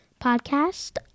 podcast